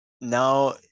now